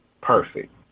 perfect